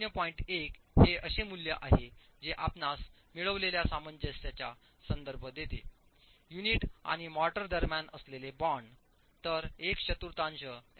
1 हे असे मूल्य आहे जे आपणास मिळवलेल्या सामंजस्याचा संदर्भ देते युनिट आणि मोर्टार दरम्यान असलेले बॉन्ड तर एकचतुर्थांश एफ